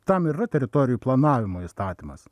tam ir yra teritorijų planavimo įstatymas